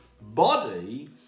body